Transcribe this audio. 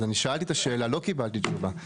שאלתי את השאלה לא קיבלתי תשובה.